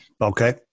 Okay